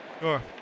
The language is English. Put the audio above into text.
Sure